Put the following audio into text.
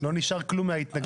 לא נשאר כלום וההתנגדות.